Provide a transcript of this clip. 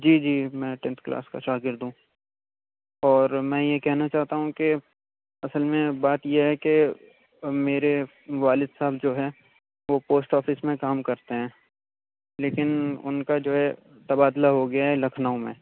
جی جی میں tenth class کا شاگرد ہوں اور میں یہ کہنا چاہتا ہوں کہ اصل میں بات یہ ہے کہ میرے والد صاحب جو ہیں وہ پوسٹ آفس میں کام کرتے ہیں لیکن اُن کا جو ہے تبادلہ ہو گیا ہے لکھنؤ میں